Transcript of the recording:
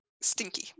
stinky